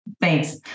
Thanks